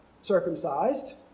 circumcised